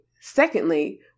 Secondly